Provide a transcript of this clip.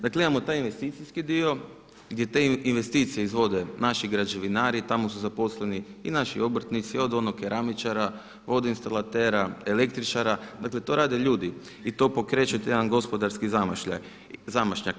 Dakle imamo taj investicijski dio gdje te investicije izvode naši građevinari, tamo su zaposleni i naši obrtnici od onog keramičara, vodoinstalatera, električara, dakle to rade ljudi i to pokreće jedan gospodarski zamašnjak.